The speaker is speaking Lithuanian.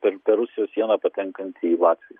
per per rusijos sieną patenkanti į latviją